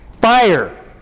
fire